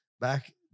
back